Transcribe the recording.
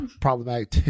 problematic